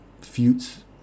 feuds